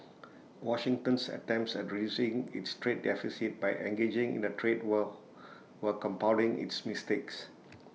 Washington's attempts at reducing its trade deficit by engaging in A trade war were compounding its mistakes